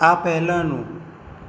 આ પહેલાંનું